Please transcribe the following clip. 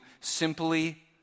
simply